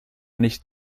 nicht